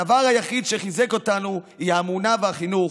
הדבר היחיד שחיזק אותנו הוא האמונה והחינוך.